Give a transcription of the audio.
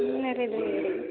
ಇನ್ನೇನಾದ್ರು ಇದ್ದರೆ ಹೇಳಿ